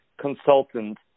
consultant